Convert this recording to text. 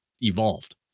evolved